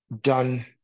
done